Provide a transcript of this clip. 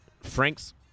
Frank's